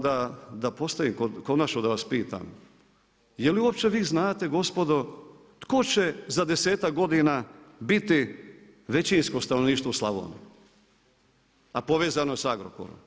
Da postavim konačno da vas pitam, je li uopće vi znate gospodo, tko će za desetak godina biti većinsko stanovništvo u Slavoniji a povezano je sa Agrokorom.